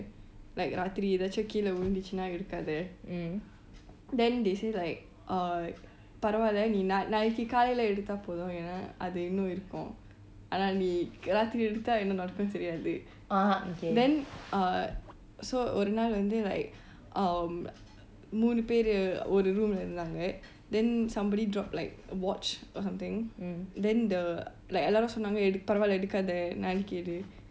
like ராத்துரி எதாச்சு கீழே வழுந்துச்சுன்னா எடுக்காத:raathiri ethaachu keele veluthuchuna eddukkatha then they say like uh பரவாயில்லை நீ நாளைக்கு காலைல எடுத்தா போதும் ஏன்னா அது இன்னும் இருக்கும் ஆனால் நீ ராத்திரி எடுத்தா என்ன நடக்கும் தெரியாது:paravallai nee naalaikku kaalaila etuttha potum atu innum irukkum aanaal nee raathiri etuthaal enna natankum teriyaatu then uh so ஒரு நாள் வந்து:oru naal vantu like um மூனு பேரு ஒரு:moonu per oru room இல்ல இருந்தாங்க:illa iruthaanga then somebody drop like watch or something then the like எல்லாரும் சொன்னாங்க பரவாயில்லை எடுக்காத நாளைக்கு எடு:ellarum chonnaaga paravallai etukkatha naalaaiku etu